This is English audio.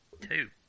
Two